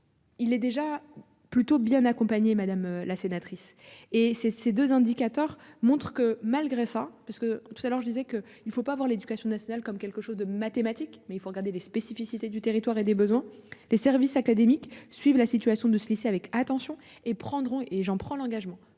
Il est déjà plutôt bien accompagné madame la sénatrice et ces, ces 2 indicateurs montrent que, malgré ça, parce que tout à l'heure je disais que il ne faut pas avoir l'éducation nationale comme quelque chose de mathématiques mais il faut regarder les spécificités du territoire et des besoins. Les services académiques suivent la situation de ce lycée avec attention et prendront et j'en prends l'engagement